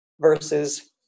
versus